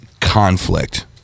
conflict